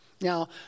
Now